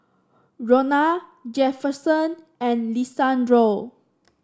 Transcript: Ronna Jefferson and Lisandro